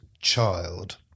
child